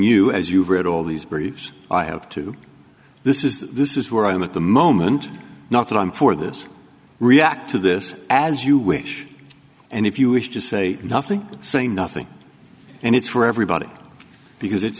you as you've read all these briefs i have to this is this is where i'm at the moment not that i'm for this react to this as you wish and if you wish to say nothing say nothing and it's for everybody because it's